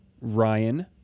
Ryan